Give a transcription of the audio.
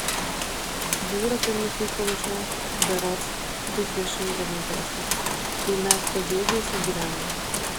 jūrą pirmąsyk pamačiau berods trisdešimt devintaisiais kai mes pagėgiuose gyvenome